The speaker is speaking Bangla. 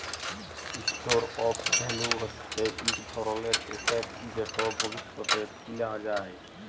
ইসটোর অফ ভ্যালু হচ্যে ইক ধরলের এসেট যেট ভবিষ্যতে কিলা যায়